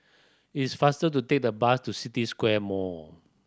it's faster to take the bus to City Square Mall